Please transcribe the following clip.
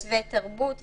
תרבות וכנסים.